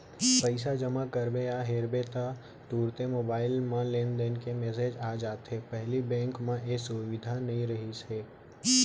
पइसा जमा करबे या हेरबे ता तुरते मोबईल म लेनदेन के मेसेज आ जाथे पहिली बेंक म ए सुबिधा नई रहिस हे